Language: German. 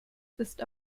ist